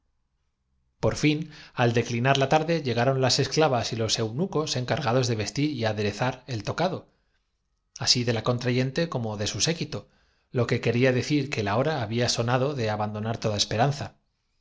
por fin al declinar la tarde llegaron las esclavas y los hace como diez lunas que llegó de occidente un eunucos encargados de vestir y aderezar el tocado así hombre fugitivo oculto en honan encontró medio de de la contrayente como de su séquito lo que quería ponerse en contacto con la emperatriz sun ché la es decir que la hora había sonado de abandonar toda